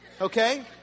Okay